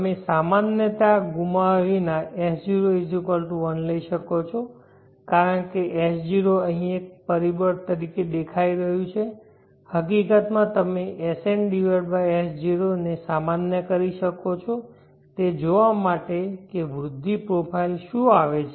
તમે સામાન્યતા ગુમાવ્યા વિના S01 લઈ શકો છો કારણ કે S0 અહીં દરેક પરિબળ તરીકે દેખાઈ રહ્યું છે હકીકતમાં તમે SnS0 ને સામાન્ય કરી શકો છો તે જોવા માટે કે વૃદ્ધિ પ્રોફાઇલ શું આવે છે